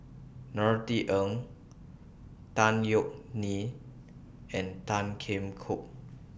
Norothy Ng Tan Yeok Nee and Tan Kheam Hock